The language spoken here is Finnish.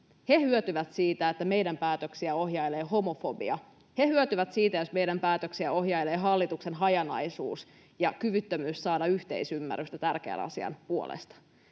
He hyötyvät siitä, että meidän päätöksiä ohjailee homofobia. He hyötyvät siitä, jos meidän päätöksiä ohjailee hallituksen hajanaisuus ja kyvyttömyys saada yhteisymmärrystä tärkeän asian puolesta.